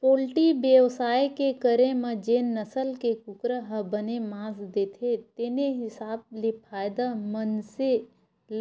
poultry बेवसाय के करे म जेन नसल के कुकरा ह बने मांस देथे तेने हिसाब ले फायदा मनसे